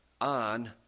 on